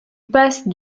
passe